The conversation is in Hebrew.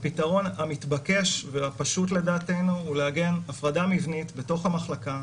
הפתרון המתבקש והפשוט לדעתנו הוא לעגן הפרדה מבנית במחלקה,